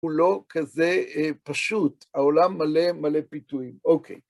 הוא לא כזה פשוט, העולם מלא מלא פיתויים. אוקיי.